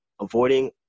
avoiding